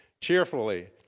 Cheerfully